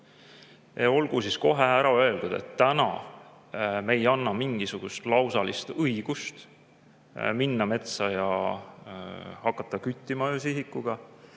Olgu kohe ära öeldud, et täna me ei anna mingisugust lausalist õigust minna metsa ja hakata küttima öösihikuga.